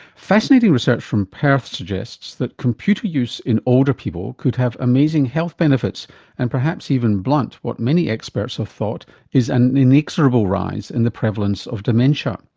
fascinating research from perth suggests that computer use in older people could have amazing health benefits and perhaps even blunt what many experts have ah thought is an inexorable rise in the prevalence of dementia.